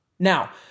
Now